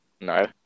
No